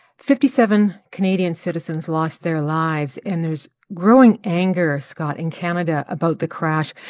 fifty-seven canadian citizens lost their lives. and there's growing anger, scott, in canada about the crash,